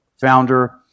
founder